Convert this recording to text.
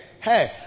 hey